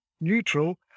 neutral